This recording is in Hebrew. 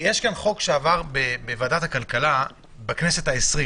יש כאן חוק שעבר בוועדת הכלכלה בכנסת העשרים,